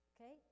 Okay